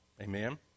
Amen